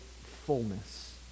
fullness